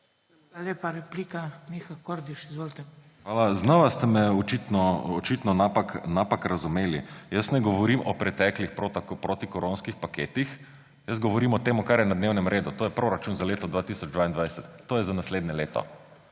lepa. Replika. Miha Kordiš, izvolite. MIHA KORDIŠ (PS Levica): Hvala. Znova ste me očitno napak razumeli. Ne govorim o preteklih protikoronskih paketih, jaz govorim o tem, kar je na dnevnem redu, to je proračun za leto 2022, to je za naslednjo leto.